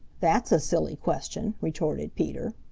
that's a silly question, retorted peter.